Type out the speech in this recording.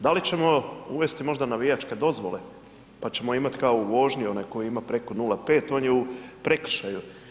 Da li ćemo uvesti možda navijačke dozvole pa ćemo kao u vožnji, onaj koji ima preko 0,5, on je u prekršaju.